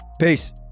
Peace